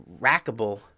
rackable